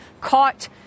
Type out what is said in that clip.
caught